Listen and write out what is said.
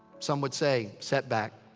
some would say, setback.